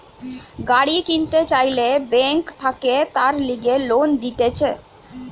গাড়ি কিনতে চাইলে বেঙ্ক থাকে তার লিগে লোন দিতেছে